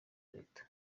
leta